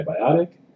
antibiotic